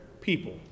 people